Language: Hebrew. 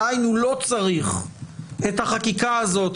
דהיינו, לא צריך את החקיקה הזאת.